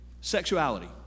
Sexuality